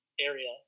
area